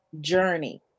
journey